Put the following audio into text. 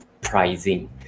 pricing